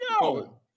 No